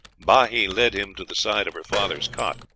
bahi led him to the side of her father's cot.